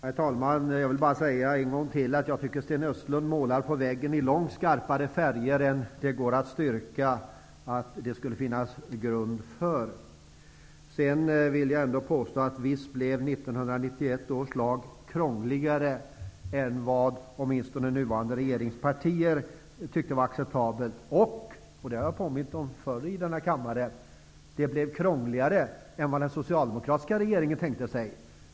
Herr talman! Jag vill bara säga en gång till att jag tycker Sten Östlund målar på väggen i långt skarpare färger än det finns grund för. Jag vill ändå påstå att 1991 års lag blev krångligare än vad åtminstone nuvarande regeringspartier tyckte var acceptabelt och, det har jag påmint om förr i denna kammare, den blev krångligare än vad den socialdemokratiska regeringen tänkte sig.